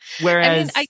Whereas